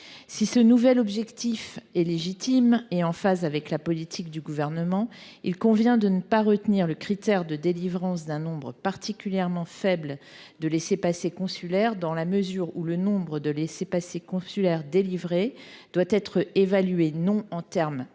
Si ce nouvel objectif est légitime et en phase avec la politique du Gouvernement, il convient de ne pas retenir le critère de la délivrance d’un nombre particulièrement faible de laissez passer consulaires, car le nombre de laissez passer consulaires délivrés doit être évalué non en termes